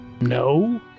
No